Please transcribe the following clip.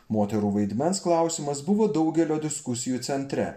moterų vaidmens klausimas buvo daugelio diskusijų centre